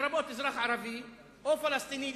לרבות אזרח ערבי או פלסטיני,